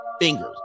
fingers